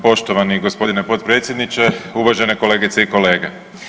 Poštovani g. potpredsjedniče, uvažene kolegice i kolege.